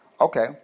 Okay